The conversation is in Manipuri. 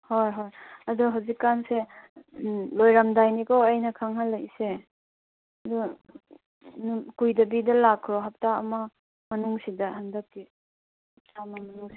ꯍꯣꯏ ꯍꯣꯏ ꯑꯗꯣ ꯍꯧꯖꯤꯛ ꯀꯥꯟꯁꯦ ꯎꯝ ꯂꯣꯏꯔꯝꯗꯥꯏꯅꯤꯀꯣ ꯑꯩꯅ ꯈꯪꯍꯜꯂꯛꯏꯁꯦ ꯑꯗꯨ ꯀꯨꯏꯗꯕꯤꯗ ꯂꯥꯛꯈ꯭ꯔꯣ ꯍꯞꯇꯥ ꯑꯃ ꯃꯅꯨꯡꯁꯤꯗ ꯍꯟꯗꯛꯀꯤ ꯍꯞꯇꯥ ꯑꯃ ꯃꯅꯨꯡꯁꯤꯗ